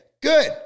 good